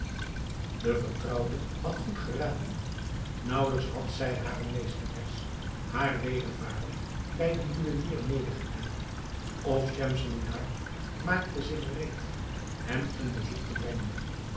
de vertrouwde had goed geraden naauwelijks had zij hare meesteres haar wedervaren bij den juwelier medegedeeld of schemselnihar maakte zich gereed hem een bezoek te brengen